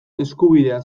eskubidea